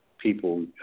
people